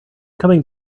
coming